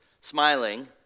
smiling